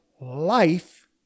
life